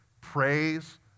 praise